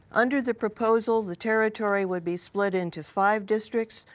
under the proposal, the territory would be split into five districts,